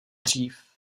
dřív